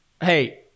hey